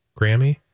Grammy